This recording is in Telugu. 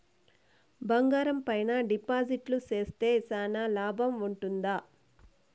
బంగారం పైన డిపాజిట్లు సేస్తే చానా లాభం ఉంటుందా?